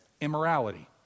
Immorality